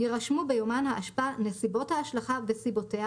יירשמו ביומן האשפה נסיבות ההשלכה וסיבותיה